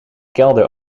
kelder